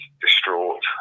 distraught